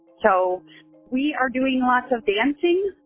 so we are doing lots of dancing,